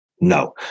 No